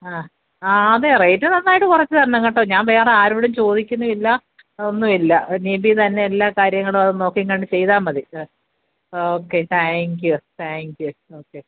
അതെ റേറ്റ് നന്നായിട്ട് കുറച്ചു തരണം കേട്ടോ ഞാൻ വേറെ ആരോടും ചോദിക്കുന്നില്ല ഒന്നുമില്ല നിധി തന്നെ എല്ലാം കാര്യങ്ങളും അത് നോക്കിയും കണ്ടും ചെയ്താൽ മതി okay thank you thank you okay